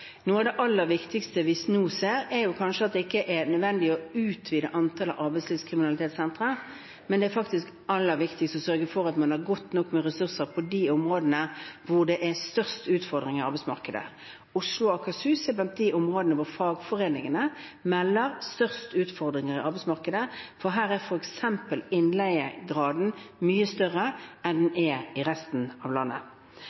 Noe av det aller viktigste vi nå ser, er at det kanskje ikke er nødvendig å utvide antallet arbeidslivskriminalitetssentre, det er faktisk aller viktigst å sørge for at man har godt nok med ressurser på de områdene hvor det er størst utfordringer i arbeidsmarkedet. Oslo og Akershus er blant de områdene hvor fagforeningene melder om størst utfordringer i arbeidsmarkedet, for her er f.eks. innleiegraden mye større enn den